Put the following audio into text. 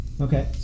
Okay